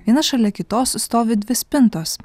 viena šalia kitos stovi dvi spintos